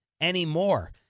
anymore